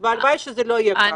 והלוואי וזה לא כך.